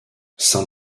saint